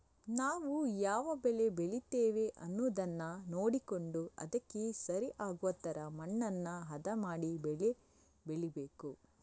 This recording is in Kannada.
ನಾವು ಯಾವ ಬೆಳೆ ಬೆಳೀತೇವೆ ಅನ್ನುದನ್ನ ನೋಡಿಕೊಂಡು ಅದಕ್ಕೆ ಸರಿ ಆಗುವ ತರ ಮಣ್ಣನ್ನ ಹದ ಮಾಡಿ ಬೆಳೆ ಬೆಳೀಬೇಕು